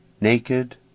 naked